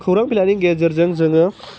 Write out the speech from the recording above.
खौरां बिलाइनि गेजेरजों जोङो